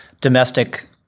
domestic